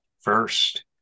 first